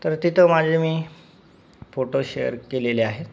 तर तिथं माझे मी फोटो शेअर केलेले आहेत